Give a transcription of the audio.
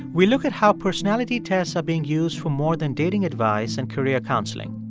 we look at how personality tests are being used for more than dating advice and career counseling.